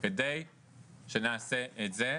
כדי שנעשה את זה,